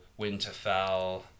winterfell